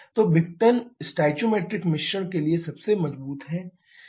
तो विघटन स्टोइकोमेट्रिक मिश्रण के लिए सबसे मजबूत है